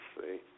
see